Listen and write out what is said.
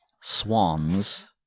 swans